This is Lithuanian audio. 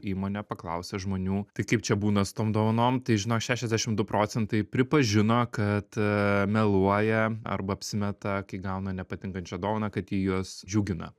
įmonė paklausė žmonių tai kaip čia būna su tom dovanom tai žinok šešiasdešimt du procentai pripažino kad meluoja arba apsimeta kai gauna nepatinkančią dovaną kad ji juos džiugina